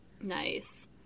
Nice